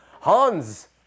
Hans